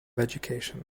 education